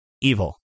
Evil